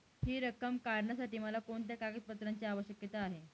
हि रक्कम काढण्यासाठी मला कोणत्या कागदपत्रांची आवश्यकता आहे?